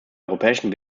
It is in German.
europäischen